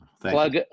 Plug